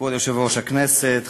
כבוד יושב-ראש הכנסת,